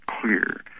clear